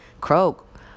croak